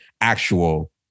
Actual